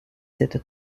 cette